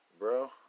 Bro